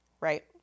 right